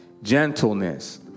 gentleness